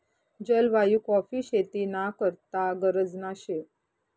जलवायु काॅफी शेती ना करता गरजना शे